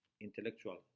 intellectual